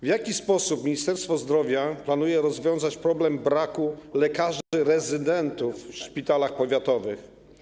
W jaki sposób Ministerstwo Zdrowia planuje rozwiązać problem braku lekarzy rezydentów w szpitalach powiatowych?